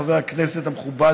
חבר הכנסת המכובד,